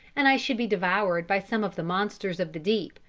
and i should be devoured by some of the monsters of the deep,